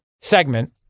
segment